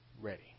ready